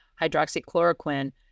hydroxychloroquine